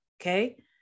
okay